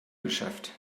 geschafft